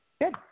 Good